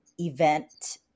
event